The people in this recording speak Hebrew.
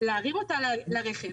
להרים אותה לרכב,